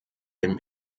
den